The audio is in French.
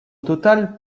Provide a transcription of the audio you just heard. total